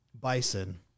bison